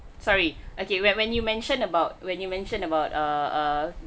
sorry okay where when you mentioned about when you mentioned about err err